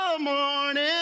morning